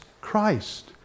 Christ